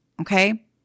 okay